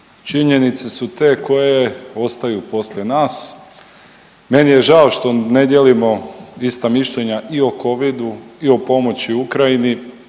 činjenicu su te koje ostaju poslije nas. Meni je žao što ne dijelimo ista mišljenja i o Covidu i o pomoći Ukrajini